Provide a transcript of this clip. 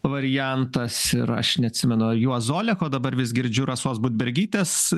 variantas ir aš neatsimenu juozo oleko dabar vis girdžiu rasos budbergytės